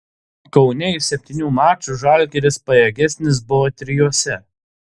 kaune iš septynių mačų žalgiris pajėgesnis buvo trijuose